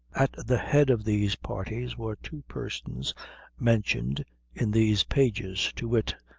at the head of these parties were two persons mentioned in these pages to wit,